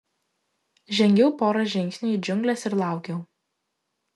žengiau porą žingsnių į džiungles ir laukiau